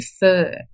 prefer